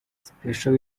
special